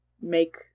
make